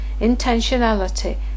intentionality